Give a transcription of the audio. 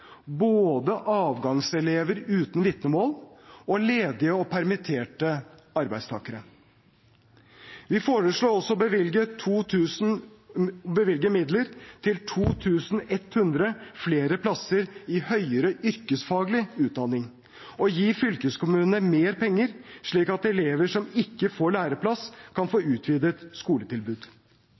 både avgangselever uten vitnemål og ledige og permitterte arbeidstakere. Vi foreslår også å bevilge midler til 2 100 flere plasser i høyere yrkesfaglig utdanning og å gi fylkeskommunene mer penger, slik at elever som ikke får læreplass, kan få utvidet skoletilbud.